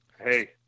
Hey